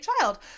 child